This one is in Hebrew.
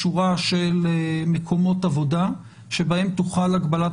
שורה של מקומות עבודה שבהם תוחל הגבלת